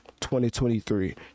2023